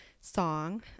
song